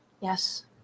yes